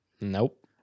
Nope